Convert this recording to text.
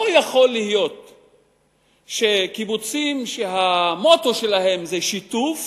לא יכול להיות שקיבוצים שהמוטו שלהם זה שיתוף